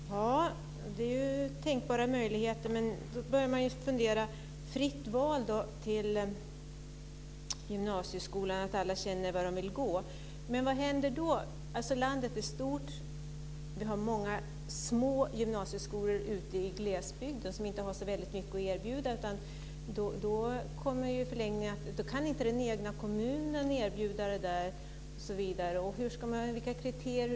Herr talman! Det är ju tänkbara möjligheter. Men då börjar man fundera. Det ska vara fritt val till gymnasieskolan, och alla känner var de vill gå. Men landet är stort. Vi har många små gymnasieskolor ute i glesbygden som inte har så väldigt mycket att erbjuda. I förlängningen kan då inte den egna kommunen erbjuda det här osv. Vilka kriterier ska det vara?